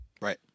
Right